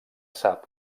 sap